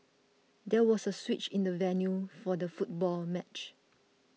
there was a switch in the venue for the football match